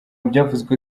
byavuzwe